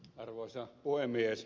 arvoisa puhemies